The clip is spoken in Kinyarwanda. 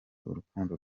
urukundo